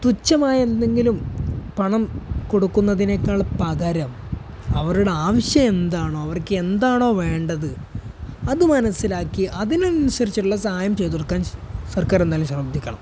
തുച്ഛമായ എന്തെങ്കിലും പണം കൊടുക്കുന്നതിനൊക്കെ പകരം അവരുടെ ആവശ്യമെന്താണോ അവർക്ക് എന്താണോ വേണ്ടത് അത് മനസ്സിലാക്കി അതിനനുസരിച്ചുള്ള സഹായം ചെയ്തുകൊടുക്കാൻ സർക്കാർ എന്തായാലും ശ്രദ്ധിക്കണം